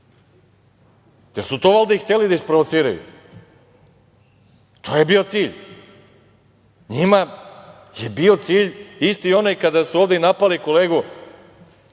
li su to ovde i hteli da isprovociraju? To je bio cilj. Njima je bio cilj isti onaj kada su ovde napali kolegu